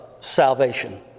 salvation